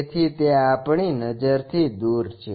તેથી તે આપણી નજરથી દૂર છે